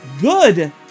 good